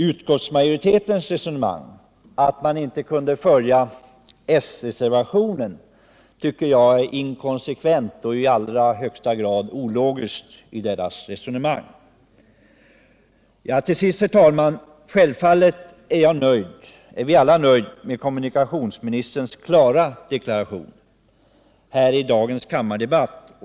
Utskottsmajoritetens resonemang som motiverar att man inte kan följa sreservationen tycker jag är inkonsekvent och i allra högsta grad ologiskt. Herr talman! Självfallet är vi alla nöjda med kommunikationsministerns klara deklaration i dagens kammardebatt.